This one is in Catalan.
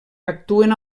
actuen